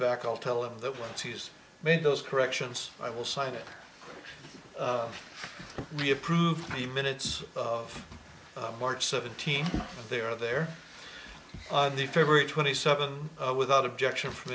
back i'll tell him that once he's made those corrections i will sign it we approve the minutes of march seventeenth they are there on the favorite twenty seven without objection from